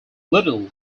little